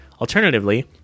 Alternatively